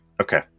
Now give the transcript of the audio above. Okay